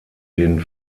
den